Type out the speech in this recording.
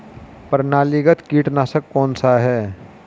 प्रणालीगत कीटनाशक कौन सा है?